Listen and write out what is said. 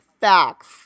facts